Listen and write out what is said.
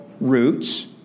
roots